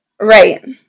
right